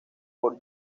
por